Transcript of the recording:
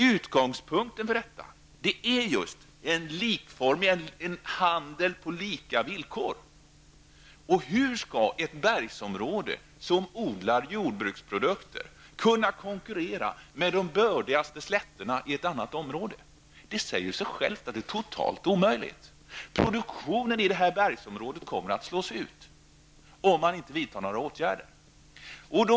Utgångspunkten är just en handel på lika villkor. Hur skall man i ett bergsområde där man odlar jordbruksprodukter kunna konkurrera med jordbruk på de bördigaste slätterna i ett annat område? Det säger sig självt att det är totalt omöjligt. Produktionen i bergsområdet kommer att slås ut om man inte vidtar några åtgärder.